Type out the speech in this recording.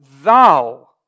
thou